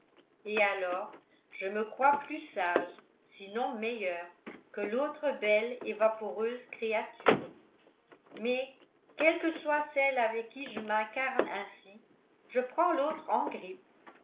et alors je me crois plus sage sinon meilleure que l'autre belle et vaporeuse créature mais quelle que soit celle avec qui je m'incarne ainsi je prends l'autre en grippe